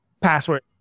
password